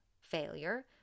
failure